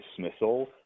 dismissal